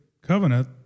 covenant